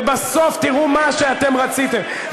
ובסוף תראו מה שאתם רציתם,